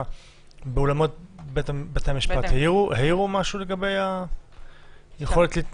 באולמות בתי המשפט העירו משהו לגבי היכולת?